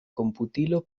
komputilo